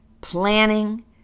planning